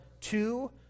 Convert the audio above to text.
two